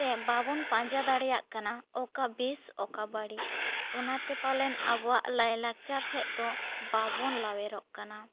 ᱛᱮ ᱵᱟᱵᱚᱱ ᱯᱟᱸᱡᱟ ᱫᱟᱲᱮᱭᱟᱜ ᱠᱟᱱᱟ ᱚᱠᱟ ᱵᱮᱥ ᱚᱠᱟ ᱵᱟᱹᱲᱤᱡ ᱚᱱᱟᱛᱮ ᱯᱟᱞᱮᱱ ᱟᱵᱚᱣᱟᱜ ᱞᱟᱭ ᱞᱟᱠᱪᱟᱨ ᱥᱮᱫ ᱫᱚ ᱵᱟᱵᱚᱱ ᱞᱟᱣᱭᱮᱨᱚᱜ ᱠᱟᱱᱟ